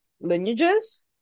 lineages